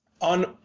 On